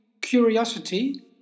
curiosity